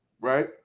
right